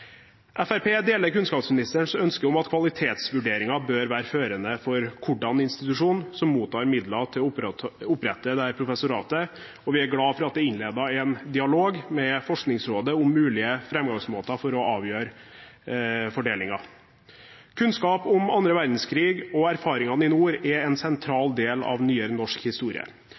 deler kunnskapsministerens ønske om at kvalitetsvurderingen bør være førende for hvilken institusjon som mottar midler til å opprette dette professoratet. Vi er glad for at det er innledet en dialog med Forskningsrådet om mulige framgangsmåter for å avgjøre fordelingen. Kunnskap om annen verdenskrig og erfaringene i nord er en